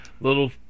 little